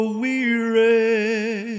weary